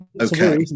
okay